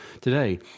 Today